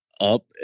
Up